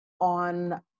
On